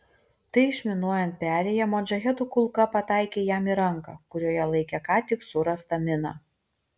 tai išminuojant perėją modžahedų kulka pataikė jam į ranką kurioje laikė ką tik surastą miną